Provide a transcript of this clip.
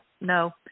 no